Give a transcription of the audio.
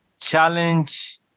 challenge